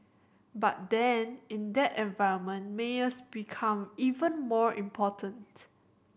but then in that environment mayors become even more important